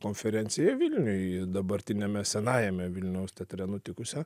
konferenciją vilniuj dabartiniame senajame vilniaus teatre nutikusią